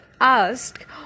asked